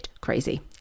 crazy